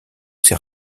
ses